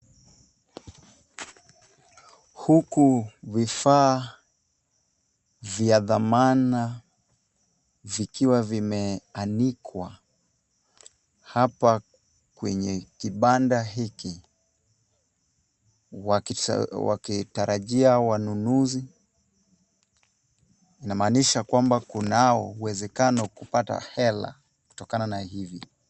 Huku vifaa vya dhamana vikiwa vimeanikwa hapa kwenye kibanda hiki wakitarajia wanunuzi. Inamaanisha kwamba kunao uwezekano kupata hela kutokana na hivi.